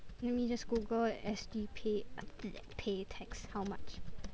let me just google at S_G pa~ pay tax how much